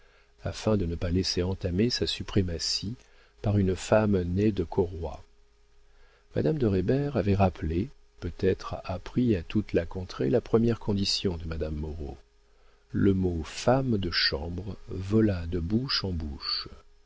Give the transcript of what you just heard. afin de ne pas laisser entamer sa suprématie par une femme née de corroy madame de reybert avait rappelé peut-être appris à toute la contrée la première condition de madame moreau le mot femme de chambre vola de bouche en bouche